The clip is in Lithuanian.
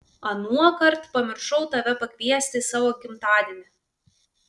anuokart pamiršau tave pakviesti į savo gimtadienį